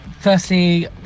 Firstly